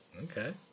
Okay